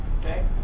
Okay